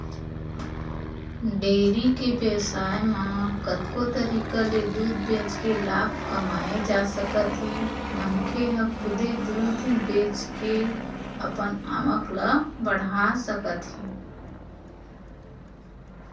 dairy के बेवसाय म कतको तरीका ले दूद बेचके लाभ कमाए जा सकत हे मनखे ह खुदे दूद बेचे के अपन आवक ल बड़हा सकत हे